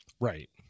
right